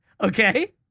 Okay